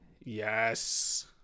Yes